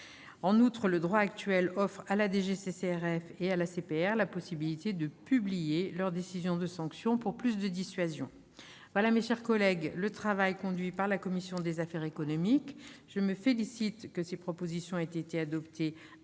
En outre, le droit actuel offre à la DGCCRF et à l'ACPR la possibilité de publier leurs décisions de sanction, pour plus de dissuasion. Voilà, mes chers collègues, le travail conduit par la commission des affaires économiques. Je me félicite que ses propositions aient été adoptées